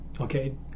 okay